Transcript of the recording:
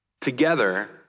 together